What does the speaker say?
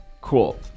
cool